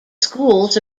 schools